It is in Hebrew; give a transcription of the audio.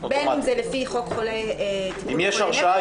בין אם זה לפי חוק --- אם יש הרשעה,